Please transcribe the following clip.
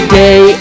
day